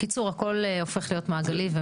בקיצור, הכול הופך להיות מעגלי.